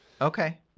Okay